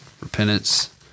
repentance